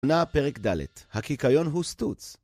יונה פרק דל"ת, הקיקיון הוא סטוץ.